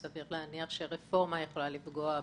סביר להניח שרפורמה יכולה לפגוע ברווחיות.